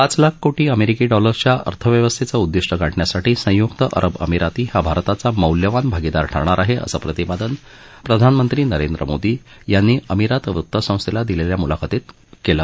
पाच लाख कोटी अमेरिकी डॉलर च्या अर्थव्यवस्थेचं उद्दिष्ट गाठण्या साठी संयुक्त अरब अमिराती हा भारताचा मौल्यवान भागीदार ठरणार आहे असं प्रतिपादन प्रधानमंत्री नरेंद्र मोदी यांनी अमिरात वृत्त संस्थेला दिलेल्या मुलाखतीत केलं